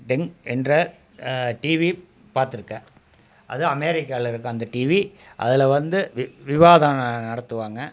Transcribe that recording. டெங் என்ற டிவி பார்த்துருக்கேன் அது அமெரிக்காவில இருக்கும் அந்த டிவி அதில் வந்து வி விவாதம் நடத்துவாங்க